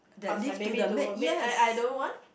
pass my baby to a maid I I don't want